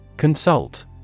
Consult